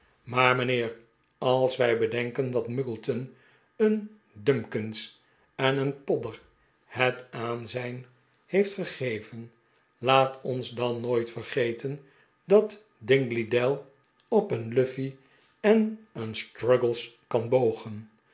maar mijnheer als wij bedenken dat muggleton een dumkins en een podder het aanzijn heelt gegeven laat ons dan nooit vergeten dat dingley dell op een luffey en een struggles kan bogen